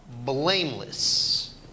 blameless